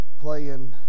playing